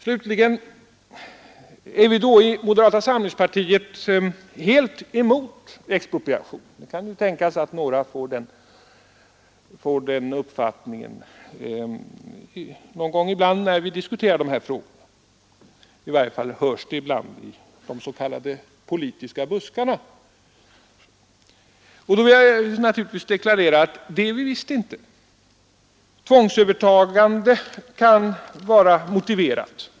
Slutligen: Är vi då i moderata samlingspartiet helt emot expropriation? Det kan ju tänkas att några får den uppfattningen någon gång när vi diskuterar de här frågorna — i varje fall hörs det ibland i de s.k. politiska buskarna. Jag vill naturligtvis deklarera att det är vi visst inte. Tvångsövertagande kan vara motiverat.